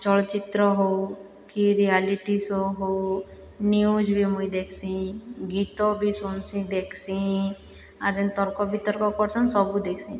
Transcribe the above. ଚଳଚିତ୍ର ହେଉ କି ରିୟାଲିଟି ସୋ ହେଉ ନ୍ୟୁଜ୍ ବି ମୁଇଁ ଦେଖ୍ସି ଗୀତ ବି ମୁଇଁ ଶୁନ୍ସି ଦେଖ୍ସି ଆର୍ ଯେନ୍ ତର୍କ ବିତର୍କ କର୍ସନ ସବୁ ଦେଖ୍ସି